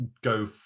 go